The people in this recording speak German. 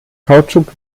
kautschuk